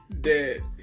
Dead